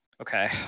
Okay